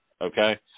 okay